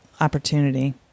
opportunity